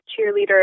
cheerleader